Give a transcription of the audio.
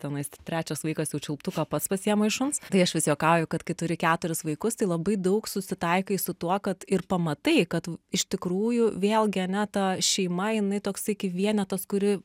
tenais trečias vaikas jau čiulptuką pats pasiema iš šuns tai aš vis juokauju kad kai turi keturis vaikus tai labai daug susitaikai su tuo kad ir pamatai kad iš tikrųjų vėlgi ane ta šeima jinai toksai kaip vienetas kuri